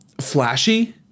flashy